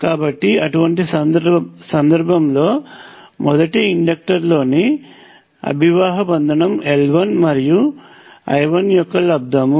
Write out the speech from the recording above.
కాబట్టి అటువంటి సందర్భంలో మొదటి ఇండక్టర్ లోని అభివాహ బంధనం L1 మరియు I1యొక్క లబ్దము